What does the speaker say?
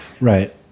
right